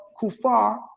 kuffar